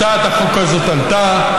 הצעת החוק הזו עלתה,